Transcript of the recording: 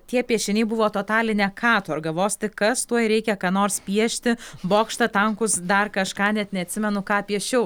tie piešiniai buvo totalinė katorgąa vos tik kas tuoj reikia ką nors piešti bokštą tankus dar kažką net neatsimenu ką piešiau